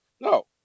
no